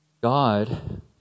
God